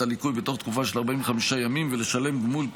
הליקוי בתוך תקופה של 45 ימים ולשלם גמול,